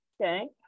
Okay